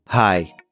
Hi